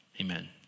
amen